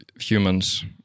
humans